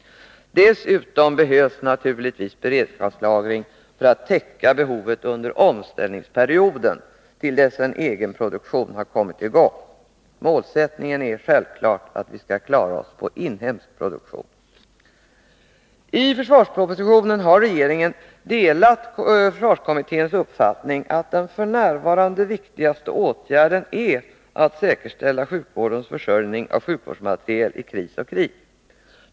Dessutom behövs naturligvis beredskapslagring för att täcka behovet under omställningsperioden, till dess en egen produktion har kommit i gång. Målsättningen är självfallet att vi skall klara oss på inhemsk produktion. I försvarspropositionen har regeringen helt anslutit sig till försvarskommitténs uppfattning att den f.n. viktigaste åtgärden är att säkerställa sjukvårdens försörjning av sjukvårdsmateriel i kris och krig.